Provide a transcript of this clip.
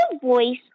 voice